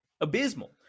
abysmal